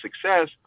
success